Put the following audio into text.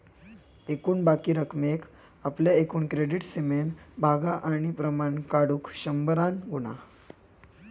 एकूण बाकी रकमेक आपल्या एकूण क्रेडीट सीमेन भागा आणि प्रमाण काढुक शंभरान गुणा